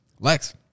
Lex